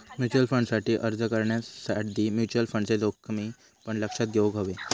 mutual फंडसाठी अर्ज करण्याआधी म्युचल फंडचे जोखमी पण लक्षात घेउक हवे